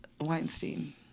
Weinstein